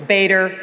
bader